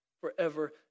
forever